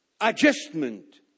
Adjustment